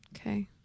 Okay